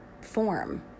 form